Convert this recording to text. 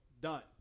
done